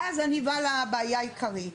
ואז אני באה לבעיה העיקרית,